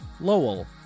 Lowell